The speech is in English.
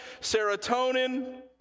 serotonin